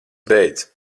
beidz